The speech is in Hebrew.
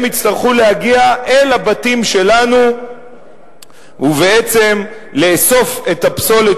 הם יצטרכו להגיע אל הבתים שלנו ובעצם לאסוף את הפסולת